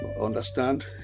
understand